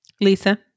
Lisa